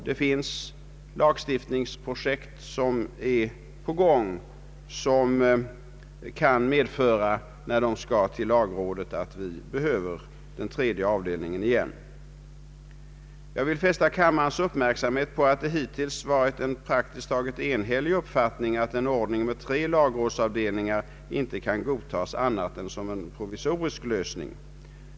Det finns lagstiftningsprojekt som, när de skall till lagrådet, kan medföra att vi behöver denna avdelning igen. Jag vill dock fästa kammarledamöternas uppmärksamhet på att det hittills varit en praktiskt taget enhällig uppfattning att en ordning med tre lagrådsavdelningar inte kan godtas annat än som en provisorisk lösning.